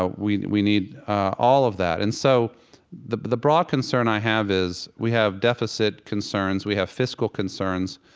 ah we we need all of that and so the the broad concern i have is we have deficit concerns, we have fiscal concerns.